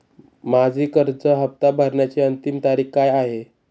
माझी कर्ज हफ्ता भरण्याची अंतिम तारीख काय आहे?